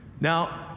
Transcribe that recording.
Now